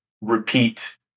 repeat